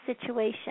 situation